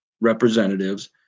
representatives